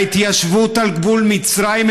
ההתיישבות על גבול מצרים,